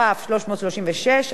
כ/336.